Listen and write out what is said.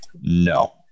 No